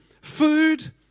Food